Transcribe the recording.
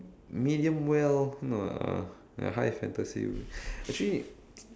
medium well no lah ya high fantasy will be actually